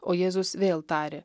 o jėzus vėl tarė